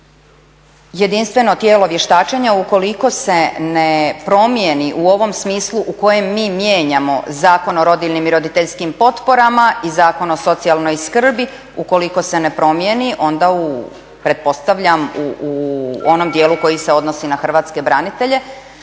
Jedinstveno tijelo vještačenja ukoliko se ne promijeni u ovom smislu u kojem mi mijenjamo Zakon o rodiljnim i roditeljskim potporama i Zakon o socijalnoj skrbi, ukoliko se ne promijeni onda pretpostavljam u onom dijelu koji se odnosi na hrvatske branitelje